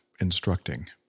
instructing